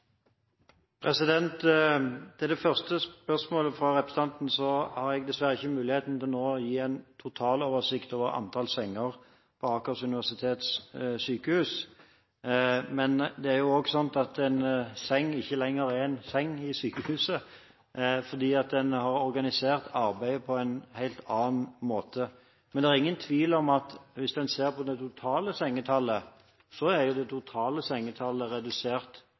Til det første spørsmålet fra representanten: Jeg har dessverre ikke mulighet nå til å gi en total oversikt over antall senger på Akershus universitetssykehus. Men det er jo slik at en seng ikke lenger er en seng i sykehuset, fordi en har organisert arbeidet på en helt annen måte. Det er ingen tvil om, hvis en ser på det totale antallet senger, at det er redusert betydelig i hovedstadsområdet. Men det